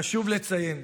חשוב לציין,